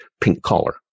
pink-collar